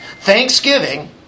Thanksgiving